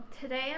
today